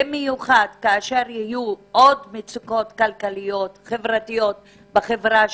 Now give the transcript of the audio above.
במיוחד כשיהיו עוד מצוקות כלכליות חברתיות בחברה שלנו.